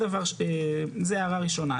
זו הערה ראשונה.